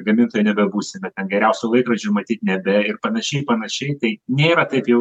gamintojai nebebūsime geriausių laikrodžių matyt nebe ir panašiai panašiai tai nėra taip jau